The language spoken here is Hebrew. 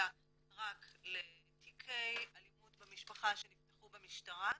אלא רק לתיקי אלימות במשפחה שנפתחו במשטרה.